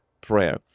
prayer